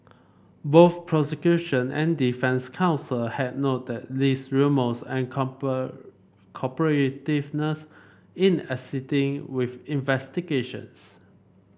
both prosecution and defence counsel had noted Lee's remorse and cooperativeness in assisting with investigations